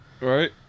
Right